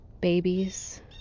babies